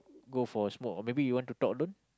go for smoke or maybe you want to talk alone